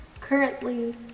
currently